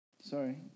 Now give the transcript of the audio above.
Sorry